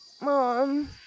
Mom